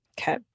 okay